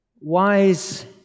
wise